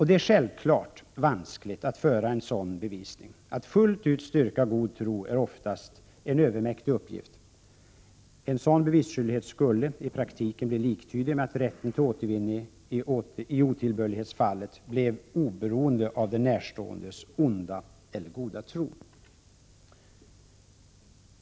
Det är självfallet vanskligt att föra en sådan bevisning. Att fullt ut styrka god tro är oftast en övermäktig uppgift. En sådan bevisskyldighet skulle i praktiken bli liktydig med att rätten till återvinning i otillbörlighetsfall blev oberoende av den närståendes onda eller goda tro.